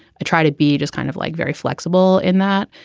i try to be just kind of like very flexible in that.